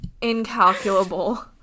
incalculable